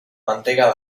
mantega